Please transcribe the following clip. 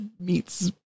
meets